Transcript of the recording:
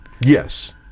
Yes